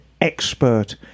expert